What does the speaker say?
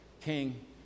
King